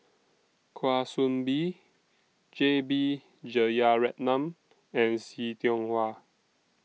Kwa Soon Bee J B Jeyaretnam and See Tiong Wah